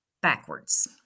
backwards